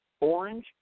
Orange